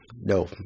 no